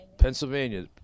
Pennsylvania